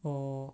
orh